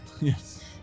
Yes